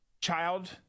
child